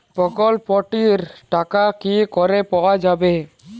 প্রকল্পটি র টাকা কি করে পাওয়া যাবে?